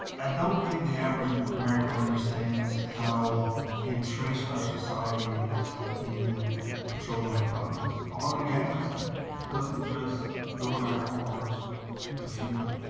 and don't think the average american understands how entrenched are society is in petroleum products. oil um and gas doesn't just go in our cars to fuel it